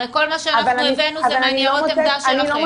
הרי הבאנו ניירות עמדה שלכם.